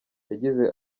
yagize